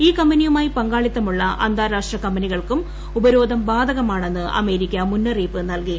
ഈ കമ്പനിയുമായി പങ്കാളിത്തമുള്ള അന്താരാഷ്ട്ര കമ്പനികൾക്കും ഉപരോധം ബാധകമാണെന്ന് അമേരിക്ക മുന്നറിയിപ്പ് നൽകി